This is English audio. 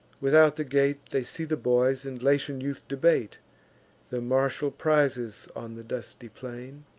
without the gate, they see the boys and latian youth debate the martial prizes on the dusty plain